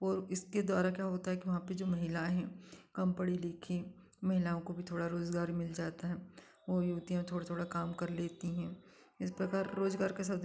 और इसके द्वारा क्या होता है कि वहाँ पर जो महिलाएँ हैं कम पढ़ी लिखी महिलाओं को भी थोड़ा रोज़गार मिल जाता है और युवतियाँ थोड़ा थोड़ा काम कर लेती हैं इस प्रकार रोज़गार के साथ